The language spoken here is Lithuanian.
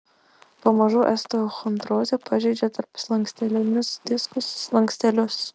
pamažu osteochondrozė pažeidžia tarpslankstelinius diskus slankstelius